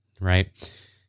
right